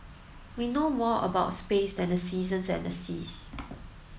we know more about space than the seasons and the seas